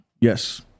Yes